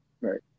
right